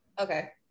okay